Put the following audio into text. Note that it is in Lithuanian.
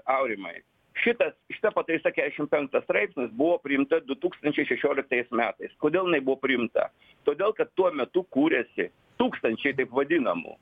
aurimai šitas šita pataisa kesšim penktas straipsnis buvo priimta du tūkstančiai šešioliktais metais kodėl jinai buvo priimta todėl kad tuo metu kūrėsi tūkstančiai taip vadinamų